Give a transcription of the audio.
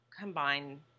combine